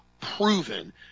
proven –